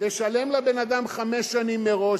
תשלם לבן-אדם חמש שנים מראש,